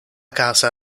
casa